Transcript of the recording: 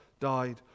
died